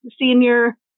senior